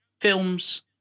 films